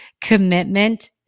commitment